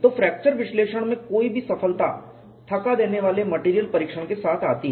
तो फ्रैक्चर विश्लेषण में कोई भी सफलता थका देने वाले मेटेरियल परीक्षण के साथ आती है